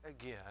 again